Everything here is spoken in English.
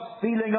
feeling